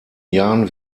jahren